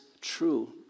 true